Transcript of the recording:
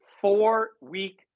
four-week